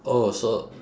oh so